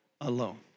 alone